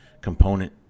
component